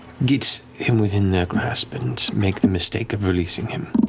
get him within their grasp and make the mistake of releasing him.